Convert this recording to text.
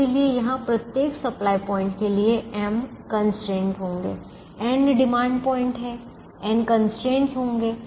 इसलिए यहाँ प्रत्येक सप्लाई पॉइंट के लिए m कंस्ट्रेंट होंगे n डिमांड पॉइंट्स हैं n कंस्ट्रेंटस होंगे